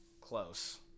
Close